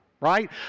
Right